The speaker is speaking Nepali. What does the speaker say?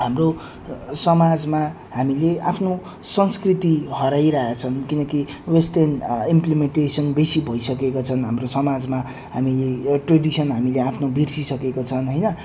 हाम्रो समाजमा हामीले आफ्नो संस्कृति हराइरहेका छन् किनकि वेस्टर्न इम्प्लिमेन्टेसन बेसी भइसकेका छन् हाम्रो समाजमा हामी ट्रेडिसन हामीले आफ्नो बिर्सिसकेका छन् होइन